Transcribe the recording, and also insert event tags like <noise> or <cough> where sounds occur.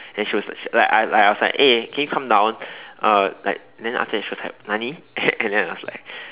then she was like I like I was like eh can you come down uh like then after that she was like Nani <laughs> and then I was like